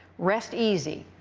rest easy,